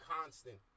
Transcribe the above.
constant